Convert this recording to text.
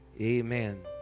Amen